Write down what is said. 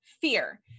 fear